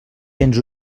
cents